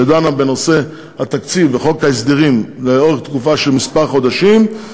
שדנה בנושא התקציב וחוק ההסדרים לאורך תקופה של כמה חודשים,